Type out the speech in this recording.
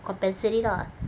compensate it lah